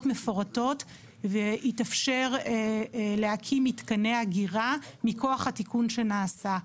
מפורטות ויתאפשר להקים מתקני אגירה מכוח התיקון שנעשה,